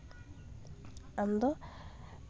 ᱟᱢ ᱫᱚ